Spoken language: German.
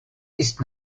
ist